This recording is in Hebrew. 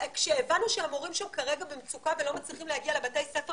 כשהבנו שהמורים שם כרגע במצוקה ולא מצליחים להגיע לבתי הספר